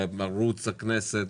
לערוץ הכנסת,